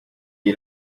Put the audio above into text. iyi